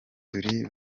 turi